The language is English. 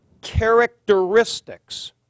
characteristics